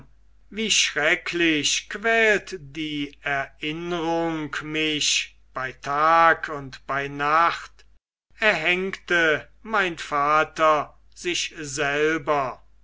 scham wie schrecklich quält die erinnrung mich bei tag und bei nacht erhängte mein vater sich selber